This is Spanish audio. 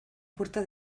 puerta